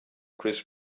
chris